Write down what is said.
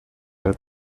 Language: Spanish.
del